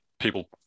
people